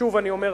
שוב אני אומר,